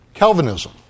Calvinism